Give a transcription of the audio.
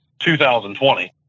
2020